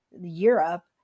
Europe